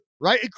Right